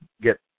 get